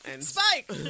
Spike